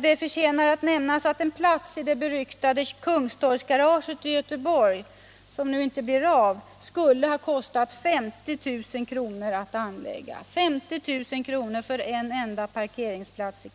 Det förtjänar att nämnas att en plats i det beryktade Kungstorgsgaraget i Göteborg, som nu inte blir av, skulle ha kostat 50 000 kr. att anlägga. 50 000 kr. för en enda parkeringsplats!